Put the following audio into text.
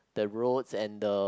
the road and the